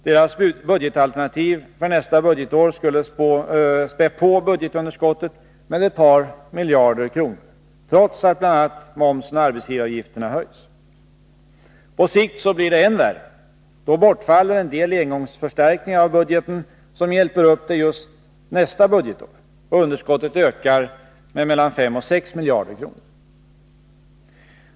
Deras budgetalternativ för nästa budgetår skulle spä på budgetunderskottet med ett par miljarder kronor, trots att bl.a. momsen och arbetsgivaravgifterna höjs. På sikt blir det än värre. Då bortfaller en del engångsförstärkningar av budgeten som hjälper upp det just nästa budgetår och underskottet ökar med mellan 5 och 6 miljarder kronor.